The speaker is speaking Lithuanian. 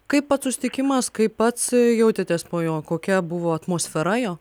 kaip pats susitikimas kaip pats jautėtės po jo kokia buvo atmosfera jo